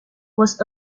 was